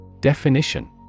Definition